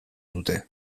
dute